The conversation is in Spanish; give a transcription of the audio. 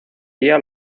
día